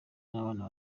n’abana